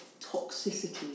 toxicity